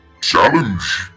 challenge